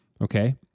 okay